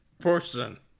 person